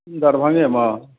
दरभंगेमे